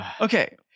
Okay